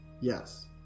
Yes